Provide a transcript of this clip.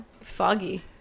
foggy